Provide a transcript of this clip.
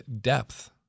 depth